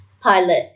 pilot